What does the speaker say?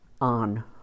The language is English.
on